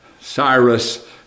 Cyrus